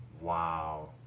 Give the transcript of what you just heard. Wow